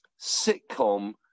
sitcom